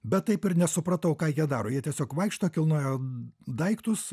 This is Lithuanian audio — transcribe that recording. bet taip ir nesupratau ką jie daro jie tiesiog vaikšto kilnoja daiktus